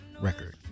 record